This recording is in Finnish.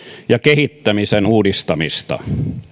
ja kehittämisen uudistamista